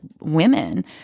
women